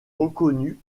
reconnu